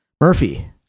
Murphy